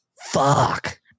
Fuck